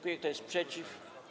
Kto jest przeciw?